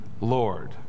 Lord